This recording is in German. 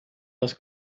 das